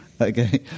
Okay